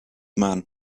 man